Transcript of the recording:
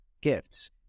gifts